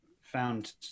found